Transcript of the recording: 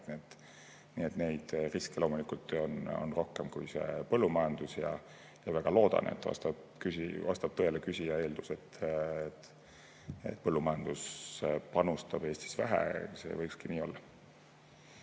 et neid riske on loomulikult rohkem kui põllumajandus. Väga loodan, et vastab tõele küsija eeldus, et põllumajandus panustab Eestis sinna vähe. See võikski nii olla.